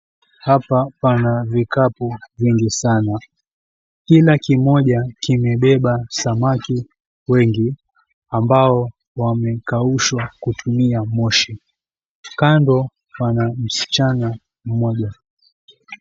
Hapa pana vikapu vingi sana. Kila kimoja kimebeba samaki wengi ambao wamekaushwa kutumia moshi. Kando pana msichana mmoja.